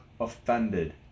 offended